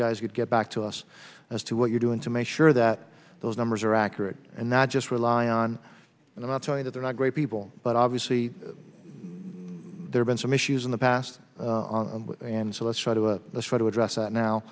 would get back to us as to what you're doing to make sure that those numbers are accurate and not just rely on them i'll tell you that they're not great people but obviously there's been some issues in the past and so let's try to try to address that now